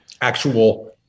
actual